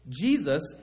Jesus